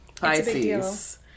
Pisces